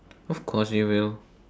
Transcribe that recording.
of course they will